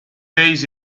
days